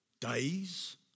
days